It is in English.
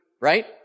right